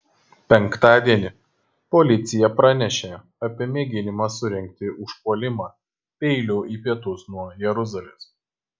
penktadienį policija pranešė apie mėginimą surengti užpuolimą peiliu į pietus nuo jeruzalės